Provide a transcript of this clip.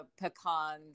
pecans